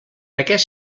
aquest